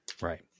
Right